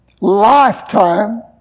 lifetime